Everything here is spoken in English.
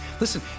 Listen